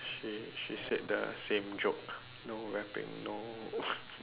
she she said the same joke no rapping no